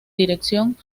dirección